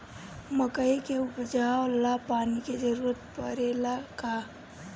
मकई के उपजाव ला पानी के जरूरत परेला का?